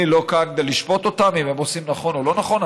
אני לא כאן כדי לשפוט אותם אם הם עושים נכון או לא נכון.